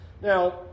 Now